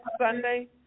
Sunday